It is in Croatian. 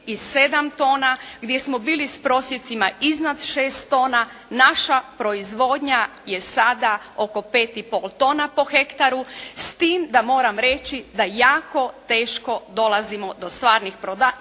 7 tona, gdje smo bili s prosjecima iznad 6 tona naša proizvodnja je sada oko 5 i pol tona po hektaru s tim da moram reći da jako teško dolazimo do stvarnih podataka